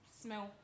smell